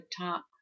top